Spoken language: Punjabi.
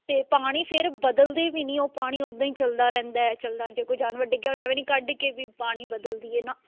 ਅਤੇ ਪਾਣੀ ਫਿਰ ਬਦਲਦੇ ਵੀ ਨਹੀਂ ਉਹ ਪਾਣੀ ਉਦਾਂ ਹੀ ਚਲਦਾ ਰਹਿੰਦਾ ਚਲਦਾ ਜੇ ਕੋਈ ਜਾਨਵਰ ਡਿੱਗਿਆ ਪਿਆ ਐਵੇਂ ਨਹੀਂ ਕੱਢ ਕੇ ਵੀ ਪਾਣੀ ਬਦਲ ਦਈਏ ਨਾ